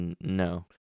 no